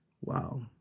Wow